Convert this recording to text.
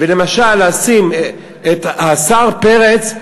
למשל לשים את השר פרץ,